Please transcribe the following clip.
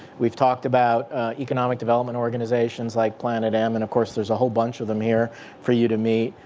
we've talked about economic development organizations like planet m. and, of course, there's a whole bunch of them here for you to meet.